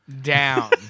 down